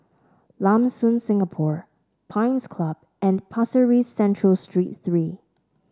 Lam Soon Singapore Pines Club and Pasir Ris Central Street Three